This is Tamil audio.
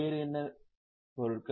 வேறு என்ன பொருட்கள்